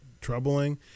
troubling